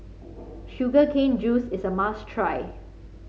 Sugar Cane Juice is a must try